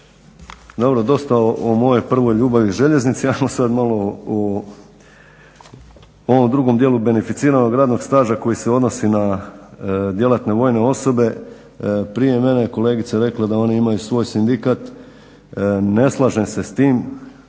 Dobro, dosta o mojoj prvoj ljubavi – željeznici. Hajmo sad malo o ovom drugom dijelu beneficiranog radnog staža koji se odnosi na djelatne vojne osobe. Prije mene je kolegica rekla da oni imaju svoj sindikat. Ne slažem se s tim.